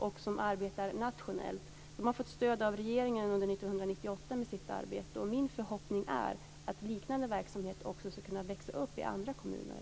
Man arbetar nationellt, och man har under 1998 fått stöd av regeringen för sitt arbete. Min förhoppning är att liknande verksamhet också ska kunna växa upp i andra kommuner.